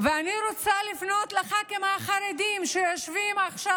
אני רוצה לפנות לח"כים החרדים שיושבים עכשיו